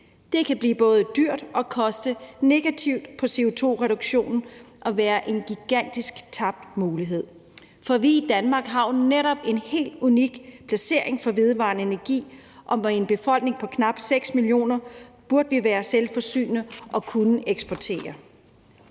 Det kan blive både dyrt og koste negativt på CO2-reduktionen og være en gigantisk tabt mulighed. For vi i Danmark har jo netop en helt unik placering i forhold til vedvarende energi, og med en befolkning på knap 6 millioner burde vi være selvforsynende og kunne eksportere.